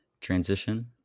transition